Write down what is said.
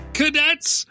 cadets